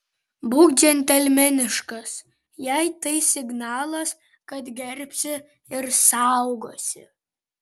būk džentelmeniškas jai tai signalas kad gerbsi ir saugosi